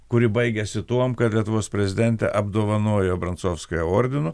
kuri baigėsi tuom kad lietuvos prezidentė apdovanojo brancovskają ordinu